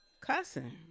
cussing